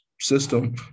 system